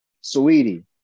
Sweetie